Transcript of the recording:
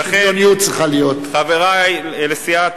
לכן, חברי מסיעת